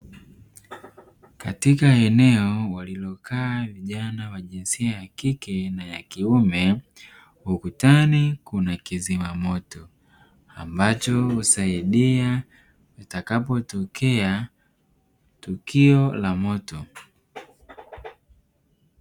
Katika eneo walilokaa vijana wa jinsia ya kike na ya kiume ukutani kuna kizima moto ambacho husaidia utakapotokea tukio la moto.